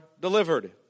delivered